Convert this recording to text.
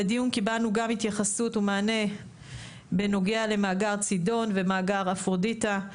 בדיון קיבלנו גם התייחסות ומענה בנוגע למאגר צידון ומאגר אפרודיטה,